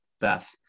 Beth